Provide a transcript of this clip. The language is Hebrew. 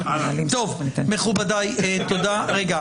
טופורובסקי תמך בזה